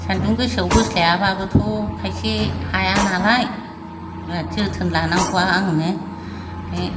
सान्दुं गोसायाव बोस्लायाबाबोथ' खायसे हाया नालाय जोथोन लानांगौआ आंनो